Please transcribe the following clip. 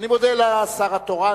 אני מודה לשר התורן,